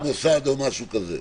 או שההתפרצות במוסד או משהו כזה.